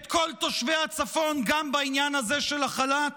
כל תושבי הצפון גם בעניין הזה של החל"ת?